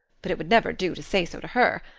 but it would never do to say so to her.